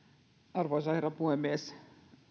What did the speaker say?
arvoisa herra puhemies